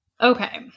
Okay